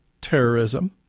Terrorism